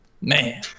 man